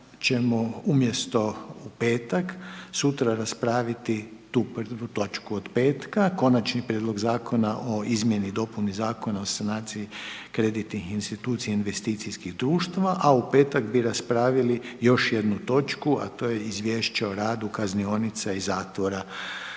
ćemo umjesto u petak sutra raspraviti tu 1. točku od petka, Konačni prijedlog Zakona o izmjeni i dopuni Zakona o sanaciji kreditnih institucija i investicijskih društva a u petak bi raspravili još jednu točku a to je Izvješće o radu kaznionica i zatvora.